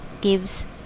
gives